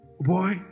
Boy